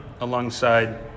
alongside